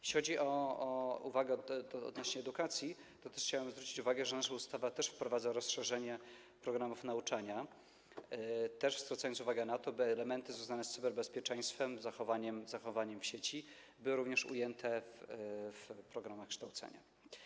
Jeśli chodzi o uwagę odnośnie do edukacji, to chciałem zwrócić uwagę, że nasza ustawa też wprowadza rozszerzenie programów nauczania, zwracając uwagę na to, by elementy związane z cyberbezpieczeństwem, zachowaniem w sieci były również ujęte w programach kształcenia.